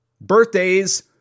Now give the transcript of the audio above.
Birthdays